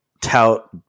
tout